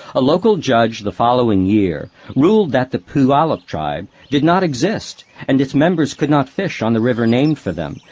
a local judge the following year ruled that the puyallup tribe did not exist, and its members could not fish on the river named for them,